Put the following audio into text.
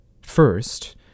first